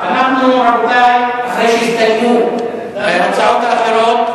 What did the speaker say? אנחנו, רבותי, אחרי שהסתיימו ההצעות האחרות,